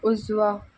उजवा